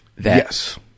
Yes